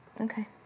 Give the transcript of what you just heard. okay